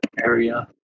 area